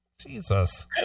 jesus